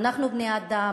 אנחנו בני-אדם,